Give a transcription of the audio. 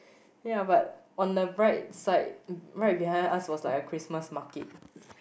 yeah but on the right side right behind us was like a Christmas market